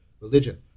religion